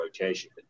rotation